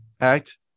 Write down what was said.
Act